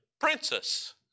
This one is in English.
princess